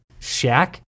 Shaq